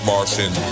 Martian